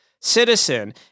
citizen